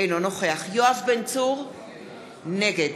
אינו נוכח יואב בן צור, נגד